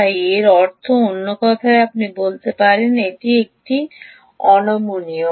তাই এর অর্থ অন্য কথায় আপনি বলতে পারেন এটি এক্ষেত্রে নমনীয়